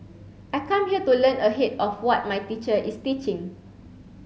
I come here to learn ahead of what my teacher is teaching